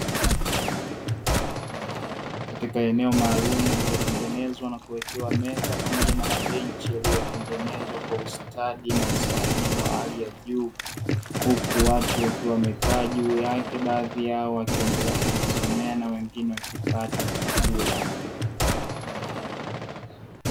Katika eneo maalumu lililotengenezwa na kuwekewa meza pamoja na mabenchi yaliyotengenezwa kwa ustadi na usanii wa hali ya juu, huku watu wakiwa wamekaa juu yake baadhi yao wakiendelea kujisomea na wengine wakipata chakula.